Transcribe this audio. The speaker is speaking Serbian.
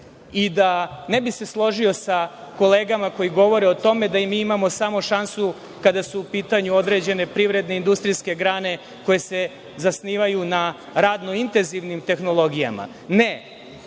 bih se složio sa kolegama koji govore o tome da mi imamo šansu samo kada su u pitanju određene industrijske grane koje se zasnivaju na radno-intenzivnim tehnologijama. Ne,